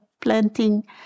planting